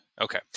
Okay